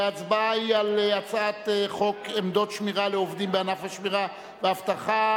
ההצבעה היא על הצעת חוק עמדות שמירה לעובדים בענף השמירה והאבטחה.